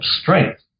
strength